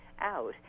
out